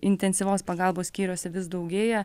intensyvios pagalbos skyriuose vis daugėja